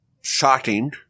shocking